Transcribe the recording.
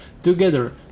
Together